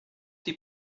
die